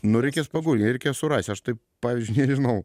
nu reikės pagųglint surasiu aš taip pavyzdžiui nežinau